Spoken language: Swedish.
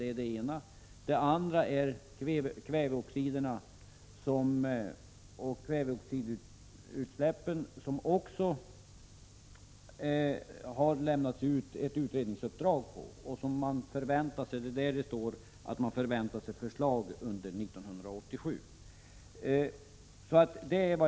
Förslag kommer också om kväveoxiderna och kväveoxidutsläppen, frågor om vilka det har getts ett utredningsuppdrag. Förslag väntas komma under 1987.